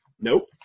nope